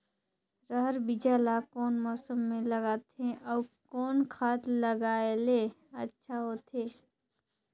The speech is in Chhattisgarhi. रहर बीजा ला कौन मौसम मे लगाथे अउ कौन खाद लगायेले अच्छा होथे?